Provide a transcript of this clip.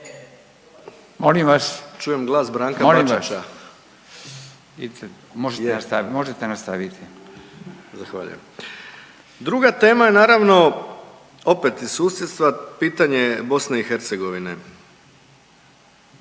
Molim vas, možete nastavit, možete nastaviti/…. Zahvaljujem. Druga tema je naravno opet iz susjedstva, pitanje je BiH. Visoki